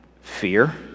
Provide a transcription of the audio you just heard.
Fear